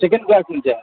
second class నుంచా